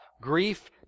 grief